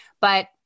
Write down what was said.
but-